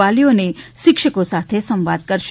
વાલીઓ અને શિક્ષકો સાથે સંવાદ કરશે